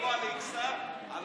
סעיף 1 לא